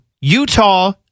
Utah